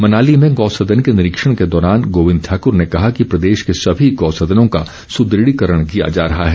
मनाली में गौसदन के निरीक्षण के दौरान गोविंद ठाकूर ने कहा कि प्रदेश के सभी गौसदनों का सुदृढ़ीकरण किया जा रहा है